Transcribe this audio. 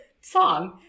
song